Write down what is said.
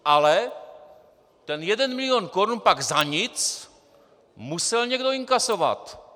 Ale ten jeden milion korun pak za nic musel někdo inkasovat.